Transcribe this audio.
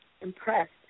impressed